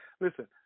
Listen